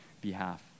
behalf